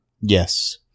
Yes